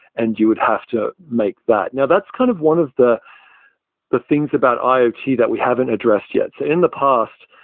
and you would have to make that. now that's kind of one of the the things about iot that we haven't addressed yet. so in the past,